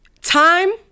Time